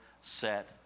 set